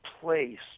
place